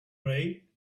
ray